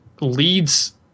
leads